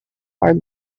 are